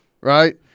right